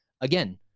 Again